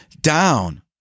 down